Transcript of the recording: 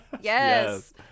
Yes